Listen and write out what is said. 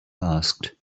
asked